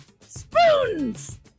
spoons